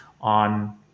on